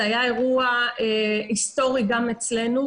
זה היה אירוע היסטורי גם אצלנו.